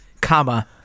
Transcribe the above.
comma